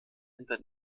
hinter